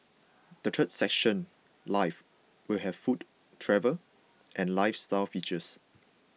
the third section life will have food travel and lifestyle features